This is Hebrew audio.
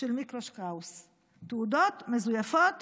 של מיקלוש קראוס, תעודות מזויפות